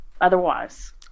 Otherwise